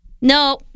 No